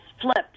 flipped